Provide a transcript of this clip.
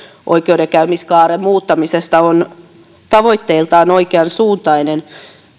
oikeudenkäymiskaaren muuttamisesta on tavoitteiltaan oikeansuuntainen